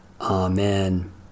Amen